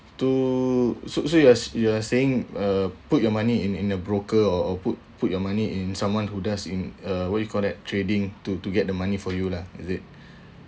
to so so you're you are saying uh put your money in in a broker or put put your money in someone who does in uh what you call that trading to to get the money for you lah is it